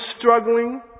struggling